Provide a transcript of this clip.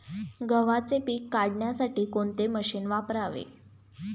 गव्हाचे पीक काढण्यासाठी कोणते मशीन वापरावे?